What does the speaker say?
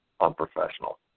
unprofessional